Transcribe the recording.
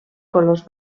colors